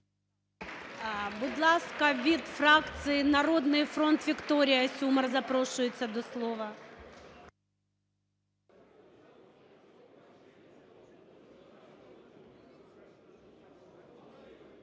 Будь ласка, від фракції "Народний фронт" Вікторія Сюмар запрошується до слова.